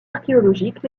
archéologiques